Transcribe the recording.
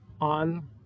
on